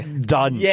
done